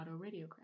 autoradiograph